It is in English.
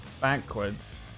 backwards